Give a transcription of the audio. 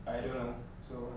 I don't know so